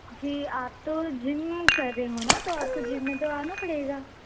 जी आप तो जिम कर रहे हो ना तो आपको जिम में तो आना पड़ेगा